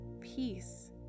peace